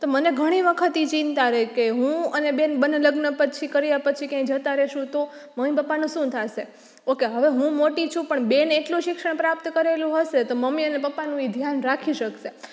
તો મને ઘણી વખત એ ચિંતા રહે કે હું અને બેન બંને લગ્ન પછી કર્યા પછી ક્યાંય જતાં રહીશું તો મમ્મી પપ્પાનું શું થશે ઓકે હવે હું મોટી છું પણ બેન એટલું શિક્ષણ પ્રાપ્ત કરેલું હશે તો મમ્મી અને પપ્પાનું એ ધ્યાન રાખી શકશે